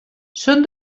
són